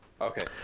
okay